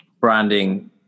branding